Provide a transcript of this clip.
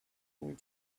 went